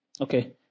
Okay